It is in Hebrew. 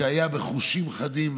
שהיה בחושים חדים,